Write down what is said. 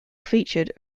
featured